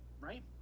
right